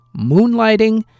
Moonlighting